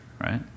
right